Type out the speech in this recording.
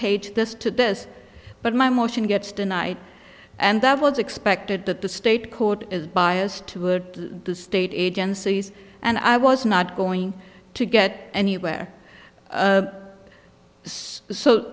page this to this but my motion gets tonight and that was expected that the state court is biased to would the state agencies and i was not going to get anywhere